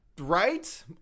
right